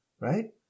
right